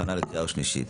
הכנה לקריאה שנייה ושלישית.